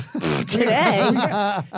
Today